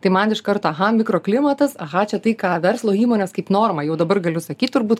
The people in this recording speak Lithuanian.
tai man iš karto aha mikroklimatas aha čia tai ką verslo įmonės kaip normą jau dabar galiu sakyt turbūt